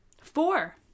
Four